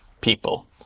people